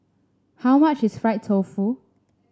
how much is Fried Tofu